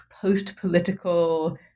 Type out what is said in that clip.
post-political